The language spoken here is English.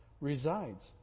resides